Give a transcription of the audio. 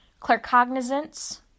claircognizance